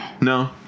no